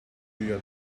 you